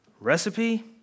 Recipe